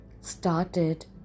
started